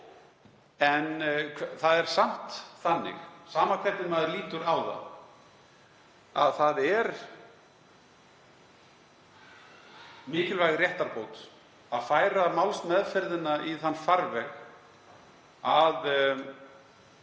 Það er samt þannig, sama hvernig maður lítur á það, að það er mikilvæg réttarbót að færa málsmeðferðina í þann farveg að